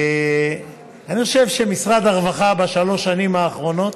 אני חושב שמשרד הרווחה, בשלוש השנים האחרונות,